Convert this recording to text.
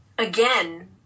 Again